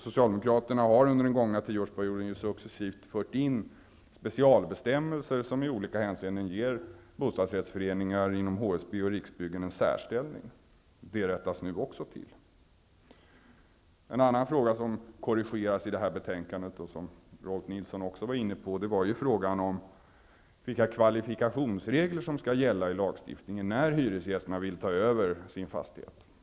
Socialdemokraterna har under den gågna tioårsperioden successivt fört in specialbestämmeler som i olika hänseenden ger bostadsrättsföreningar inom HSB och Riksbyggen en särställning. Det rättas nu också till. Ytterligare en sak som korrigeras i det här betänkandet och som Rolf L. Nilson också var inne på är vilka kvalifikationsregler som skall gälla i lagstiftningen, när hyresgäster vill ta över sin fastighet.